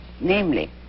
Namely